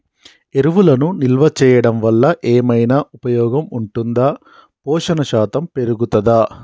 ఎరువులను నిల్వ చేయడం వల్ల ఏమైనా ఉపయోగం ఉంటుందా పోషణ శాతం పెరుగుతదా?